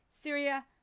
Syria